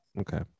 Okay